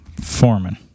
foreman